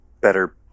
better